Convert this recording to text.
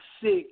six